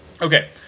Okay